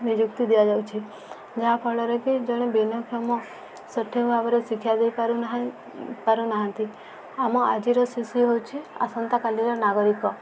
ନିଯୁକ୍ତି ଦିଆଯାଉଛି ଯାହାଫଳରେ କି ଜଣେ ଭିନ୍ନକ୍ଷମ ସଠିକ ଭାବରେ ଶିକ୍ଷା ଦେଇପାରୁନାହାଁନ୍ତି ପାରୁନାହାନ୍ତି ଆମର ଆଜିର ଶିଶୁ ହେଉଛି ଆସନ୍ତାକାଲିର ନାଗରିକ